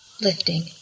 Lifting